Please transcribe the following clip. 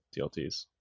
DLTs